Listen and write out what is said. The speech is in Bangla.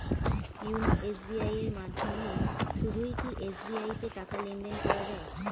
ইওনো এস.বি.আই এর মাধ্যমে শুধুই কি এস.বি.আই তে টাকা লেনদেন করা যায়?